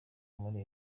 muri